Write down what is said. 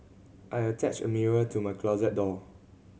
I attached a mirror to my closet door